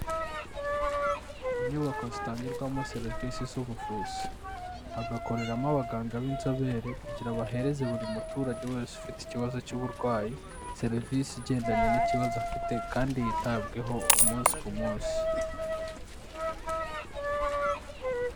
Inyubako zitangirwamo serivisi z'ubuvuzi, hagakoreramo abaganga b'inzobere kugira bahereze buri muturage wese ufite ikibazo cy'uburwayi, serivisi igendanye n'ikibazo afite kandi yitabweho umunsi ku munsi.